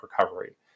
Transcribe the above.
recovery